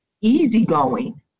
easygoing